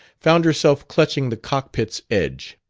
found herself clutching the cockpit's edge.